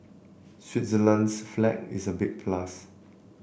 Switzerland's flag is a big plus